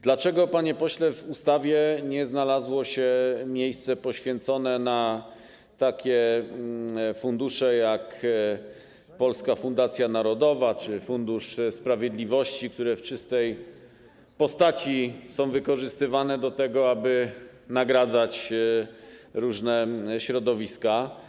Dlaczego, panie pośle, w ustawie nie znalazło się miejsce poświęcone takim funduszom jak Polska Fundacja Narodowa czy Fundusz Sprawiedliwości, które w czystej postaci są wykorzystywane do tego, aby nagradzać różne środowiska?